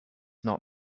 not